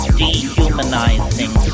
dehumanizing